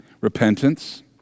repentance